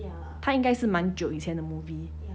他应该是蛮久以前的 movie